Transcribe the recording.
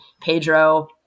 Pedro